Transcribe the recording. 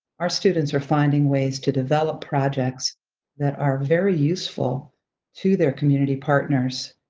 our students are finding ways to develop projects that are very useful to their community partners,